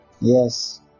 Yes